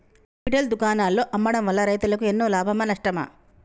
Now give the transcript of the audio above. Retail దుకాణాల్లో అమ్మడం వల్ల రైతులకు ఎన్నో లాభమా నష్టమా?